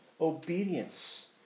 Obedience